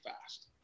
fast